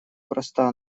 проста